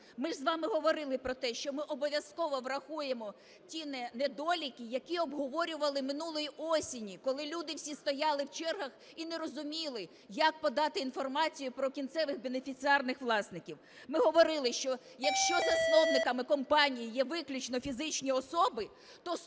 Ми ж вами говорили про те, що ми обов'язково врахуємо ті недоліки, які обговорювали минулої осені, коли люди всі стояли в чергах і не розуміли, як подати інформацію про кінцевих бенефіціарних власників. Ми говорили, що якщо засновниками компаній є виключно фізичні особи,